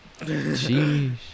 jeez